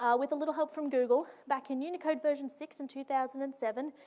ah with a little help from google, back in unicode version six in two thousand and seven,